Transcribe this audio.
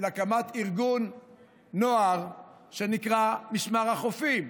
הקמת ארגון נוער שנקרא "משמר החופים".